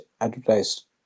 advertised